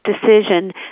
decision